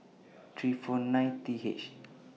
three four nine T H